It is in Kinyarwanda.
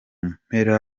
mpera